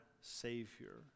Savior